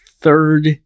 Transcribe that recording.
Third